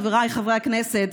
חבריי חברי הכנסת,